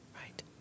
Right